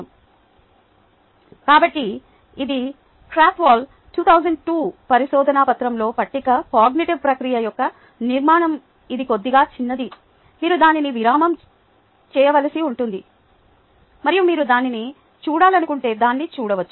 కాబట్టి ఇది క్రాత్వోల్ 2002 పరిశోదన పత్రంలోని పట్టిక కాగ్నిటివ్ ప్రక్రియ యొక్క నిర్మాణం ఇది కొద్దిగా చిన్నది మీరు దానిని విరామం చేయవలసి ఉంటుంది మరియు మీరు దానిని చూడాలనుకుంటే దాన్ని చూడవచ్చు